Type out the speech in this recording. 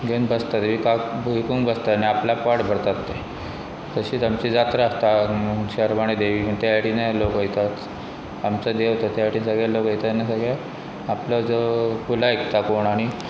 घेवन बसता एका विकूंक बसता आनी आपल्या पोट भरतात ते तशींच आमची जात्रा आसता शरमाणे देवी त्याटन लोक वयतात आमचो देवता त्या सायडीन सगळे लोक वयतानी सग्या आपलो जो कुला आयकता कोण आनी